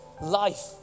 life